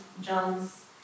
John's